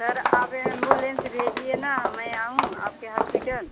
sir आप ambulance भेजिए ना मैं आऊँ आपके हास्पिटल